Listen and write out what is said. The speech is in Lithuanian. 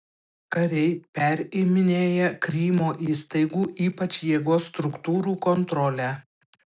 kariai periminėja krymo įstaigų ypač jėgos struktūrų kontrolę